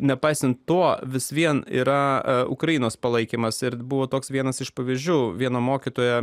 nepaisant to vis vien yra ukrainos palaikymas ir buvo toks vienas iš pavyzdžių vieno mokytojo